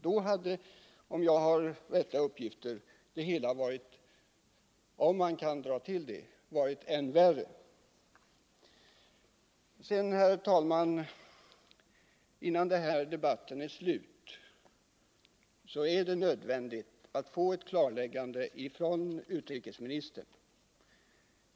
Då hade det hela, om mina uppgifter är riktiga, varit ännu värre. Herr talman! Innan den här debatten är slut är det nödvändigt att få ett klarläggande från utrikesministern.